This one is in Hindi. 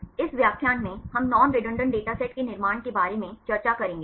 इस व्याख्यान में हम नॉन रेडंडान्त डेटासेट के निर्माण के बारे में चर्चा करेंगे